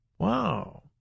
Wow